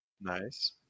nice